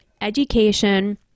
education